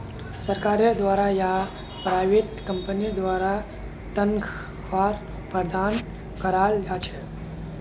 सरकारेर द्वारा या प्राइवेट कम्पनीर द्वारा तन्ख्वाहक प्रदान कराल जा छेक